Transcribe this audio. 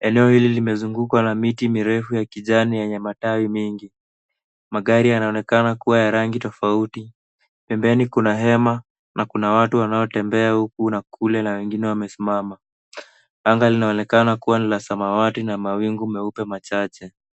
eneo hili limezungukwa na miti mirefu ya kijani yenye matawi mengi. Magari yanaonekana kuwa ya rangi tofauti. Pembeni kuna hema, na kuna watu wanaotembea huku na kule, na wengine wamesimama. Anga linaonekana kuwa ni la samawati na kuna mawingu meupe machache.